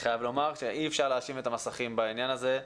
אכן אי אפשר להאשים את המסכים בעניין הזה.